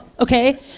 Okay